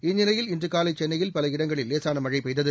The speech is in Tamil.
இந்நிலையில் இன்று காலை சென்னையில் பல இடங்களில் லேசான மழை பெய்தது